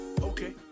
Okay